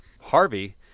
Harvey